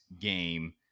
game